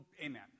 Amen